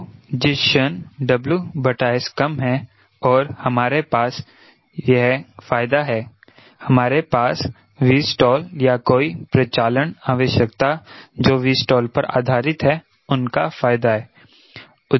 तो जिस क्षण WS कम है हमारे पास यह फायदा है हमारे पास Vstall या कोई प्रचालन आवश्यकता जो Vstall पर आधारित है उनका फायदा है